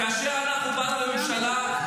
כאשר אנחנו באנו לממשלה.